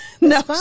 No